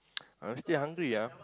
I'm still hungry ah